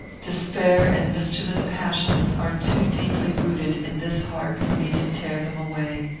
despair and mischievous passions are too deeply rooted in this heart for me to tear them away.